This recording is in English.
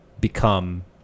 become